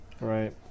Right